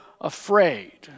afraid